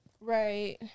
Right